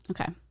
Okay